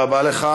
תודה רבה לך.